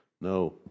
No